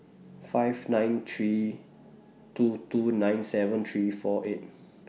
five nine three two two nine seven three four eight